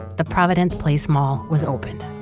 the providence place mall was opened.